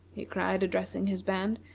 he cried, addressing his band,